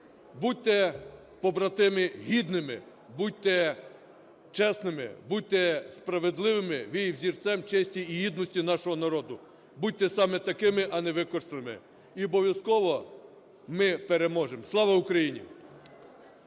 Будьте, побратими, гідними, будьте чесними, будьте справедливими! Ви є взірцем честі і гідності нашого народу! Будьте саме такими, а не використаними. І обов'язково ми переможемо! Слава Україні!